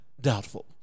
Doubtful